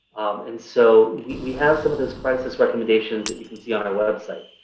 and so we have some of those crisis recommendations that you can see on our website.